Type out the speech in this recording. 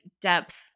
depth